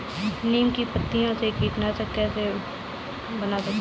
नीम की पत्तियों से कीटनाशक कैसे बना सकते हैं?